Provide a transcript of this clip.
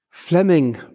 Fleming